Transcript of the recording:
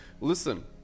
listen